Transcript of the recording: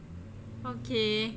okay